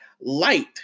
Light